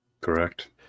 Correct